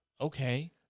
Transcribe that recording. Okay